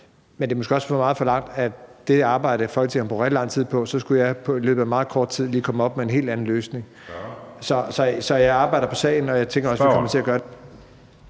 Men det er måske også for meget forlangt, at med det arbejde, Folketinget har brugt rigtig lang tid på, skulle jeg i løbet af meget kort tid lige komme op med en helt anden løsning. Så jeg arbejder på sagen, og jeg tænker også, vi kommer til at gøre det.